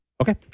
Okay